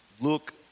look